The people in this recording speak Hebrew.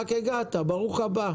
רק הגעת, ברוך הבא.